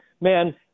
man